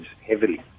heavily